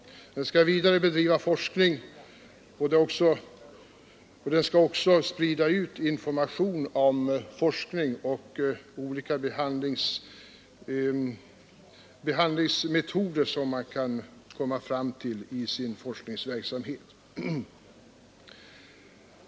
De skall vidare bedriva forskning och sprida information om de olika behandlingsmetoder som man kan komma fram till i sin forskningsverksamhet.